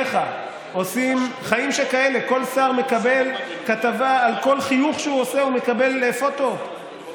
גם כאלה שרצו את מדינת ישראל